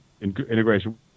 integration